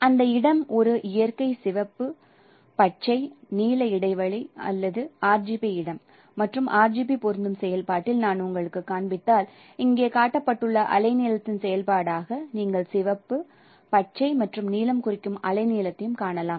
அந்த இடம் ஒரு இயற்கை சிவப்பு பச்சை நீல இடைவெளி அல்லது RGB இடம் மற்றும் RGB பொருந்தும் செயல்பாட்டில் நான் உங்களுக்குக் காண்பித்தால் இங்கே காட்டப்பட்டுள்ள அலைநீளத்தின் செயல்பாடாக நீங்கள் சிவப்பு பச்சை மற்றும் நீலம் குறிக்கும் அலைநீளத்தையும் காணலாம்